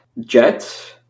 Jets